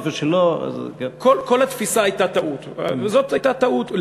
איפה שלא, כל התפיסה הייתה טעות, וזאת הייתה טעות.